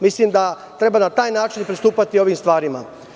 Mislim da treba na taj način pristupati ovim stvarima.